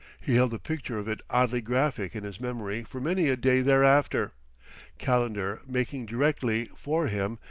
he held the picture of it oddly graphic in his memory for many a day thereafter calendar making directly, for him,